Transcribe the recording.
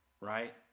right